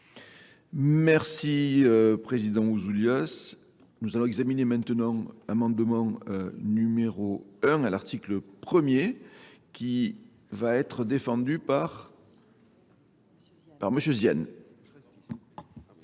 Merci Président Ouzoulios. Nous allons examiner maintenant l'amendement numéro 1 à l'article 1er qui va être défendu par monsieur